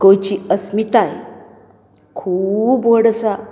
गोंयची अस्मिताय खूब व्हड आसा